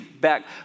back